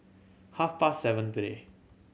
half past seven today